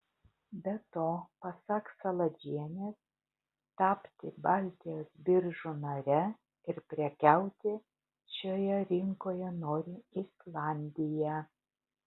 be to pasak saladžienės tapti baltijos biržų nare ir prekiauti šioje rinkoje nori islandija